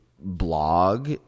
blog